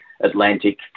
Atlantic